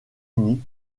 uni